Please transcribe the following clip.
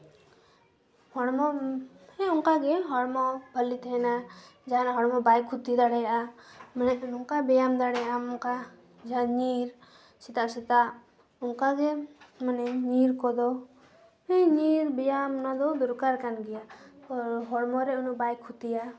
ᱦᱚᱲᱢᱚ ᱦᱮᱸ ᱚᱱᱠᱟᱜᱮ ᱦᱚᱲᱢᱚ ᱵᱷᱟᱹᱞᱤ ᱛᱟᱦᱮᱱᱟ ᱡᱟᱦᱟᱱᱟᱜ ᱦᱚᱲᱢᱚ ᱵᱟᱭ ᱠᱷᱩᱛᱤ ᱫᱟᱲᱭᱟᱜᱼᱟ ᱢᱟᱱᱮ ᱱᱚᱝᱠᱟ ᱵᱮᱭᱟᱢ ᱫᱟᱲᱭᱟᱜᱼᱟᱢ ᱱᱚᱝᱠᱟ ᱡᱟᱦᱟᱸ ᱧᱤᱨ ᱥᱮᱛᱟᱜ ᱥᱮᱛᱟᱜ ᱚᱱᱠᱟᱜᱮ ᱢᱟᱱᱮ ᱧᱤᱨ ᱠᱚᱫᱚ ᱦᱮᱸ ᱧᱤᱨ ᱵᱮᱭᱟᱢ ᱚᱱᱟ ᱫᱚ ᱫᱚᱨᱠᱟᱨ ᱠᱟᱱ ᱜᱮᱭᱟ ᱦᱚᱲ ᱦᱚᱲᱢᱚ ᱨᱮ ᱩᱱᱟᱹᱜ ᱵᱟᱭ ᱠᱷᱚᱛᱤᱭᱟ